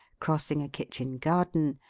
crossing a kitchen garden,